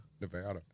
Nevada